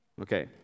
Okay